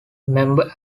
member